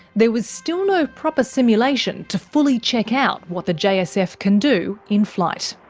there was still no proper simulation to fully check out what the jsf can do in flight.